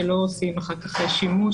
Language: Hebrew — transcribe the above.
שלא עושים אחר כך שימוש